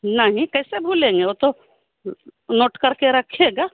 नहीं कैसे भूलेंगे वह तो नोट कर के रखिएगा